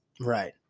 Right